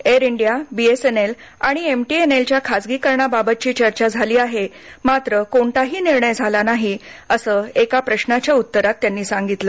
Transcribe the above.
air India BSNL आणि एमटीएनएलच्या खाजगीकरणाबाबतची चर्चा झाली आहे मात्र कोणताही निर्णय झाला नाही असं एका प्रश्नाच्या उत्तरात त्यांनी सांगितलं